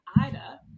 Ida